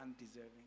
undeserving